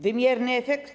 Wymierny efekt?